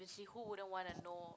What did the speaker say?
~viously who wouldn't want to know